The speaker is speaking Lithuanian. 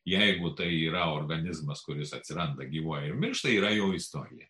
jeigu tai yra organizmas kuris atsiranda gyvuoja ir miršta yra jo istorija